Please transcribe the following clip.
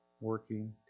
working